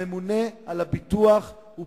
הממונה על הביטוח הוא